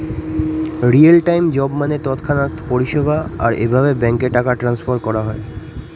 real time job মানে তৎক্ষণাৎ পরিষেবা, আর এভাবে ব্যাঙ্কে টাকা ট্রান্সফার করা হয়